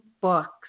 books